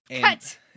Cut